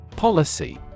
Policy